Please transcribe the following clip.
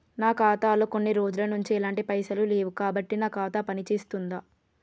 నా ఖాతా లో కొన్ని రోజుల నుంచి ఎలాంటి పైసలు లేవు కాబట్టి నా ఖాతా పని చేస్తుందా?